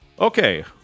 Okay